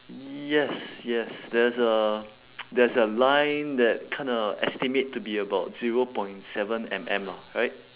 yes yes there's a there's a line that kinda estimate to be about zero point seven M_M lah right